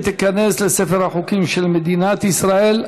ותיכנס לספר החוקים של מדינת ישראל.